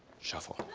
shuffle.